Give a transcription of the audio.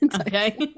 Okay